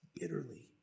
bitterly